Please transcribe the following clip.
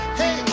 hey